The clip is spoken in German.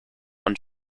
und